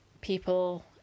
people